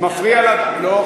זה מפריע לדובר.